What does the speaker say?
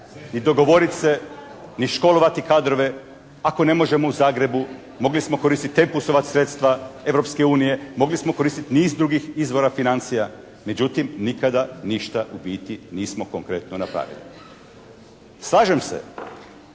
i dogovoriti se ni školovati kadrove. Ako ne može u Zagrebu mogli smo koristiti "Tempusova" sredstva Europske unije, mogli smo koristiti niz drugih izvoza financija. Međutim, nikada ništa u biti nismo konkretno napravili. Slažem se,